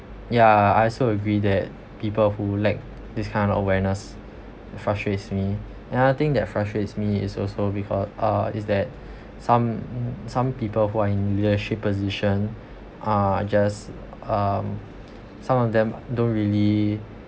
ya I also agree that people who lack this kind of awareness frustrates me another thing that frustrates me is also because uh is that some mm some people who are in leadership position uh just um some of them don't really